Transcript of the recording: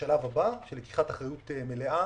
לשלב הבא של לקיחת אחריות מלאה